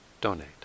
donate